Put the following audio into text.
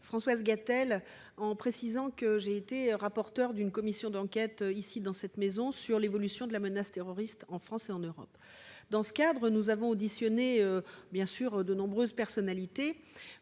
Françoise Gatel, en précisant que j'ai été rapporteur d'une commission d'enquête au Sénat sur l'évolution de la menace terroriste en France et en Europe. Dans ce cadre, nous avons auditionné de nombreuses personnalités,